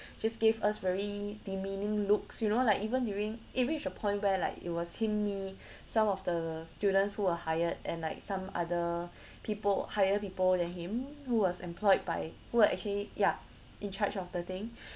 just give us very demeaning looks you know like even during it reached a point where like it was him me some of the students who were hired and like some other people higher people than him who was employed by who were actually ya in charge of the thing